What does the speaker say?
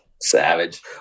savage